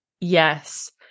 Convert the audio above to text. yes